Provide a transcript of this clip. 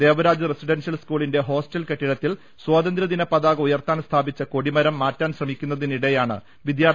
Devaraj residential സ്കൂളിന്റെ hostel കെട്ടിടത്തിൽ സ്വാതന്ത്ര്യദിന പതാക ഉയർത്താൻ സ്ഥാപിച്ച കൊടിമരം മാറ്റാൻ ശ്രമിക്കുന്നതിനിടെയാണ് വിദ്യാർത്ഥികൾക്ക് ഷോക്കേറ്റ ത്